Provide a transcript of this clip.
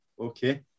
Okay